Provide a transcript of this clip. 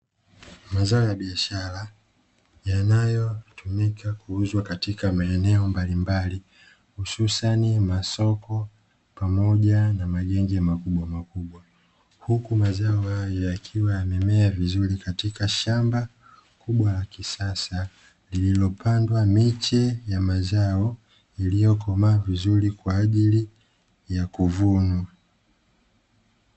Mazao ya biashara yanayotumika kuuzwa katika maeneo mbalimbali, hususani masoko pamoja na magenge makubwamakubwa. Huku mazao hayo yakiwa yamemea vizuri katika shamba kubwa la kisasa lililopandwa miche ya mazao iliyokomaa vizuri kwa ajili ya kuvunwa.